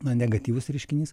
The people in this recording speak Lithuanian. na negatyvus reiškinys